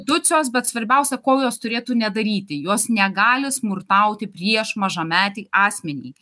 tucijos bet svarbiausia kol jos turėtų nedaryti jos negali smurtauti prieš mažametį asmenį